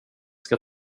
ska